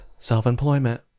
self-employment